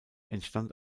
entstand